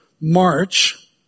March